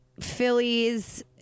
Phillies